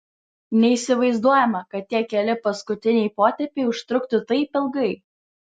neįsivaizduojama kad tie keli paskutiniai potėpiai užtruktų taip ilgai